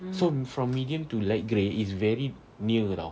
so from medium to light grey it's very near [tau]